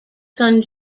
son